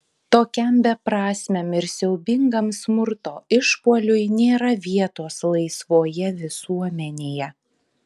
tokiam beprasmiam ir siaubingam smurto išpuoliui nėra vietos laisvoje visuomenėje